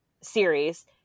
series